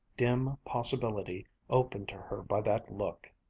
dim possibility opened to her by that look.